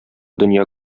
дөнья